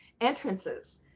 entrances